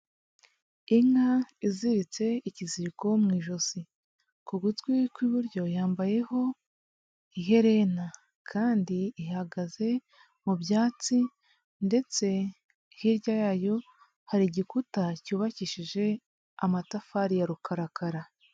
Inka iziritse ikiziriko mu ijosi, ku gutwi kw'iburyo yambayeho iherena kandi ihagaze mu byatsi ndetse hirya yayo hari igikuta cyubakishije amatafari ya rukarakara.